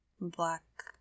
black